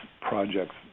projects